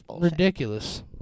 ridiculous